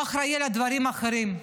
הוא אחראי לדברים האחרים.